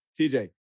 TJ